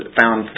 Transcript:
found